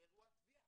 באירוע תביעה.